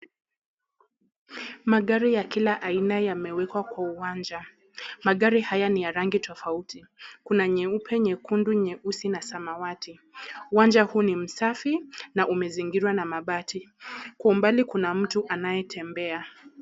Magari ya kila aina yamewekwa kwa uwanja ,magari haya ni ya rangi tofauti kuna nyeupe ,nyekundu ,nyeusi na samawati uwanja huu ni msafi na umezingirwa na mabati ,kwa umbali kuna mtu anayetembea.